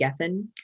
Geffen